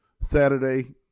Saturday